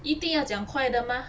一定要讲快的 mah